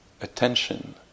attention